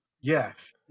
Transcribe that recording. Yes